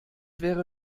wäre